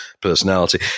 personality